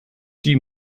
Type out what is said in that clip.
die